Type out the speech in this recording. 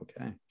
okay